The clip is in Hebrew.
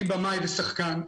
אני במאי ושחקן.